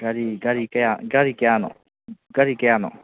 ꯒꯥꯔꯤ ꯒꯥꯔꯤ ꯀꯌꯥ ꯒꯥꯔꯤ ꯀꯌꯥꯅꯣ ꯒꯥꯔꯤ ꯀꯌꯥꯅꯣ